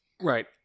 Right